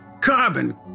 carbon